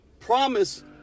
Promise